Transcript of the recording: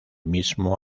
mismo